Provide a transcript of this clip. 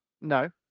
No